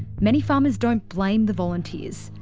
many farmers don't blame the volunteers,